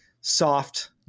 soft